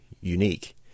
unique